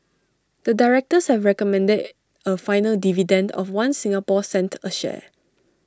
the directors have recommended A final dividend of One Singapore cent A share